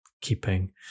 keeping